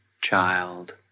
child